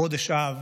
אך חודש אב